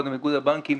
מקודם מאיגוד הבנקים,